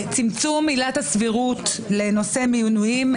צמצום עילת הסבירות לנושא מינויים,